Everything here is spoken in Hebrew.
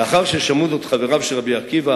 לאחר ששמעו זאת חבריו של רבי עקיבא,